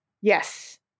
Yes